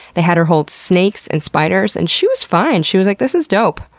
they had her hold snakes and spiders, and she was fine. she was like, this is dope.